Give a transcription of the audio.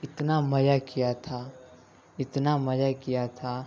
اتنا مزہ کیا تھا اتنا مزہ کیا تھا